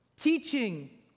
teaching